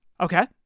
Okay